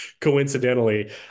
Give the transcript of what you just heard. coincidentally